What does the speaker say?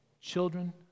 Children